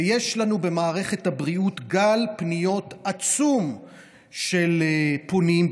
ויש לנו במערכת הבריאות גל עצום של פונים,